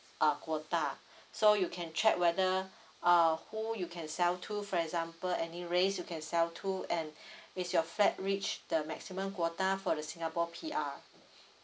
uh quota so you can check whether uh who you can sell to for example any race you can sell to and is your flat reach the maximum quota for the singapore P_R